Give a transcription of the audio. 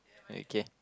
okay